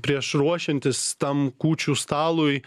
prieš ruošiantis tam kūčių stalui